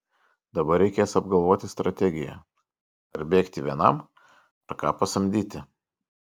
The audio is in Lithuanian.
dabar reikės apgalvoti strategiją ar bėgti vienam ar ką pasamdyti